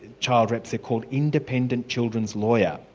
child reps, they're called independent children's lawyer,